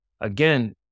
again